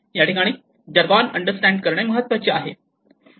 या ठिकाणी jargon understand करणे महत्त्वाचे आहे